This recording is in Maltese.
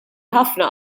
ħafna